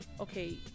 okay